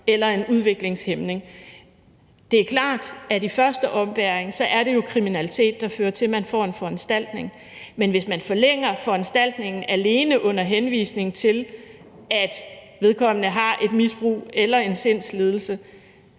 eller en udviklingshæmning. Det er jo klart, at det i første ombæring er kriminalitet, der fører til, at nogen får en foranstaltning, men hvis man forlænger foranstaltningen alene under henvisning til, at vedkommende har et misbrug eller en sindslidelse,